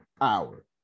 hour